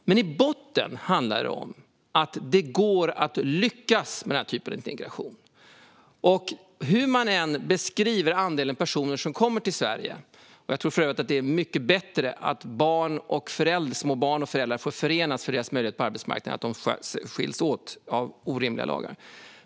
I botten handlar det om att det går att lyckas med denna typ av integration, hur man än beskriver andelen personer som kommer till Sverige. Jag tror för övrigt att det är mycket bättre för människors möjligheter på arbetsmarknaden att små barn och föräldrar får förenas än att de skiljs åt av orimliga lagar.